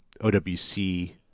OWC